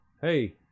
hey